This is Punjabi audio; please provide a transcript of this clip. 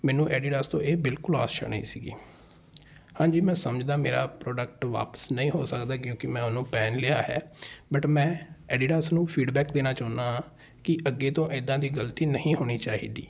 ਮੈਨੂੰ ਐਡੀਡਾਸ ਤੋਂ ਇਹ ਬਿਲਕੁਲ ਆਸ਼ਾ ਨਹੀਂ ਸੀਗੀ ਹਾਂਜੀ ਮੈਂ ਸਮਝਦਾ ਮੇਰਾ ਪ੍ਰੋਡਕਟ ਵਾਪਸ ਨਹੀਂ ਹੋ ਸਕਦਾ ਕਿਉਂਕਿ ਮੈਂ ਉਹਨੂੰ ਪਹਿਨ ਲਿਆ ਹੈ ਬਟ ਮੈਂ ਐਡੀਡਾਸ ਨੂੰ ਫੀਡਬੈਕ ਦੇਣਾ ਚਾਹੁੰਦਾ ਕਿ ਅੱਗੇ ਤੋਂ ਇੱਦਾਂ ਦੀ ਗਲਤੀ ਨਹੀਂ ਹੋਣੀ ਚਾਹੀਦੀ